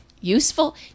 useful